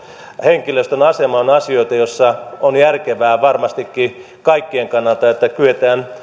henkilöstön asema ovat asioita joissa on järkevää varmastikin kaikkien kannalta että kyetään